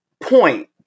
point